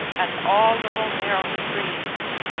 and all little narrow streets.